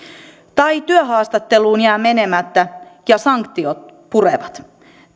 tai työhaastatteluun jää menemättä ja sanktiot purevat